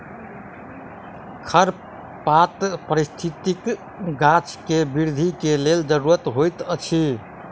खरपात पारिस्थितिकी गाछ के वृद्धि के लेल ज़रूरी होइत अछि